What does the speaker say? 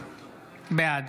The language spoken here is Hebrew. בעד